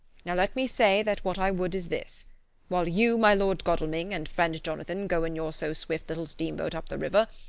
now let me say that what i would is this while you, my lord godalming and friend jonathan go in your so swift little steamboat up the river,